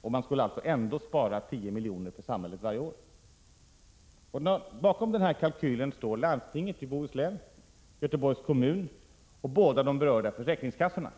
Och man skulle alltså ändå spara 10 milj.kr. varje år. Bakom den här kalkylen står landstinget i Bohuslän, Göteborgs kommun och de båda berörda försäkringskassorna.